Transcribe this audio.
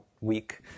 week